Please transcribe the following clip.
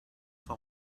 von